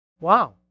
Wow